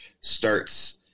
starts